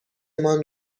مان